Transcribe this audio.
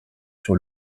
sur